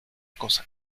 cosa